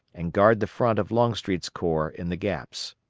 and guard the front of longstreet's corps in the gaps.